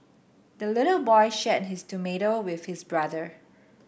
the little boy shared his tomato with his brother